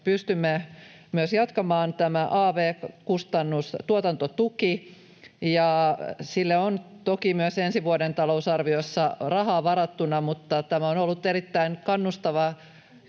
pystymme sitä myös jatkamaan — tämä av-kustannusten tuotantotuki. Sille on toki myös ensi vuoden talousarviossa rahaa varattuna. Tämä on ollut erittäin kannustava